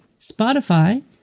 Spotify